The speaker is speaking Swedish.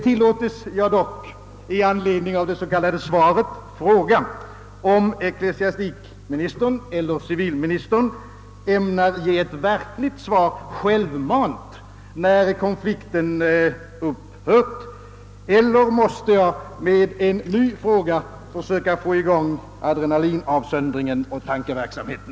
— Tillåtes jag dock i anledning av det s.k. svaret fråga, om ecklesiastikministern eller civilministern ämnar ge ett verkligt svar självmant, när konflikten upphört, eller måste jag då framställa en ny fråga för att försöka få i gång adrenalinavsöndringen och tankeverksamheten?